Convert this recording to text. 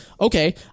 okay